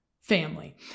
family